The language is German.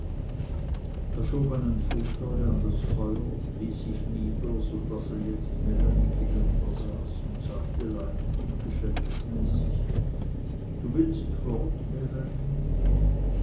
einen fauteuil an das feuer ließ sich nieder so daß er jetzt melanie gegenübersaß und sagte leicht und geschäftsmäßig du willst fort